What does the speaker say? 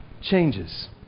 changes